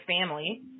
family